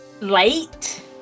late